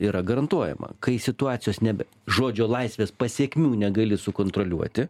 yra garantuojama kai situacijos nebe žodžio laisvės pasekmių negali sukontroliuoti